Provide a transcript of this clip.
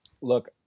Look